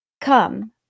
Come